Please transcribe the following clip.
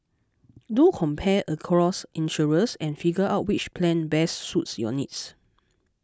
do compare across insurers and figure out which plan best suits your needs